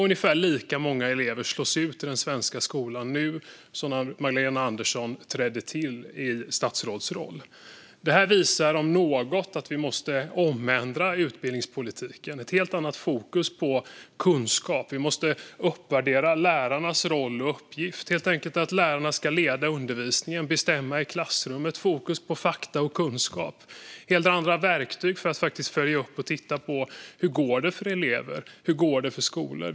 Ungefär lika många elever slås ut i den svenska skolan nu som när Magdalena Andersson tillträdde i sin statsrådsroll. Detta visar om något att vi måste ändra utbildningspolitiken till att ha ett helt annat fokus på kunskap. Vi måste uppvärdera lärarnas roll och uppgift, helt enkelt så att lärarna ska leda undervisningen och bestämma i klassrummet. Fokus ska vara på fakta och kunskap. Vi måste ha helt andra verktyg för att följa upp och titta på hur det går för elever och för skolor.